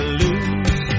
lose